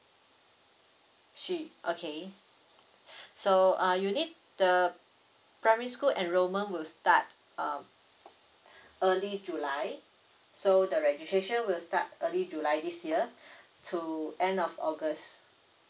she okay so uh you need the primary school and enrollment will start um early july so the registration will start early july this year to end of august